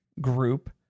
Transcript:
group